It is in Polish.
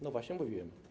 No właśnie mówiłem.